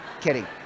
kidding